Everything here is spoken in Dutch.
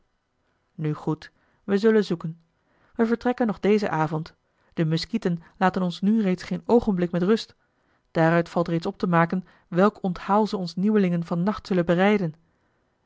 nu goed we zullen zoeken we vertrekken nog dezen avond de muskieten laten ons nu reeds geen oogenblik met rust daaruit valt reeds op te maken welk onthaal ze ons nieuwelingen van nacht zullen bereiden